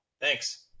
Thanks